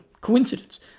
coincidence